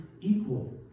equal